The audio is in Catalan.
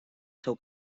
seu